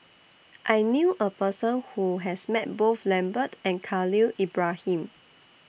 I knew A Person Who has Met Both Lambert and Khalil Ibrahim